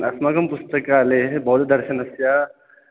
अस्माकं पुस्तकालयेः बौद्धदर्शनस्य